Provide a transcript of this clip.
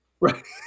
Right